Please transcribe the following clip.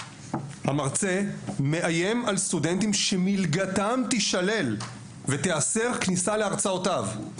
המרצה מאיים על סטודנטים שמלגתם תישלל ותיאסר כניסה להרצאותיו,